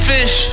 Fish